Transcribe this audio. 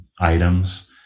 items